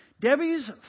Debbie's